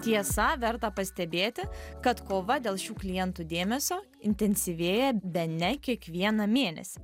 tiesa verta pastebėti kad kova dėl šių klientų dėmesio intensyvėja bene kiekvieną mėnesį